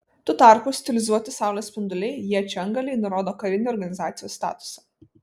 tuo tarpu stilizuoti saulės spinduliai iečių antgaliai nurodo karinį organizacijos statusą